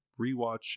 rewatch